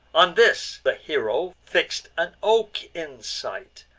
on this the hero fix'd an oak in sight,